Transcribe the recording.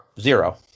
Zero